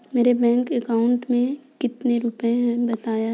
मेरे bank account में कितने रुपए हैं बताएँ?